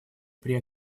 при